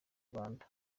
rwanda